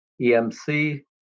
EMC